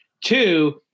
Two